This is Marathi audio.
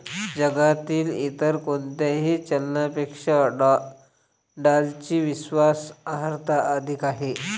जगातील इतर कोणत्याही चलनापेक्षा डॉलरची विश्वास अर्हता अधिक आहे